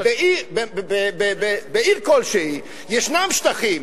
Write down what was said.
בעיר כלשהי יש שטחים,